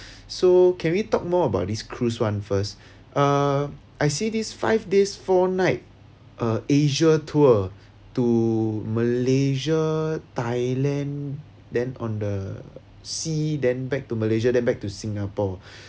so can we talk more about this cruise one first uh I see this five days four night uh asia tour to malaysia thailand then on the sea then back to malaysia then back to singapore